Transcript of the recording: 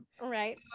right